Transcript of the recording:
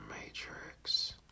Matrix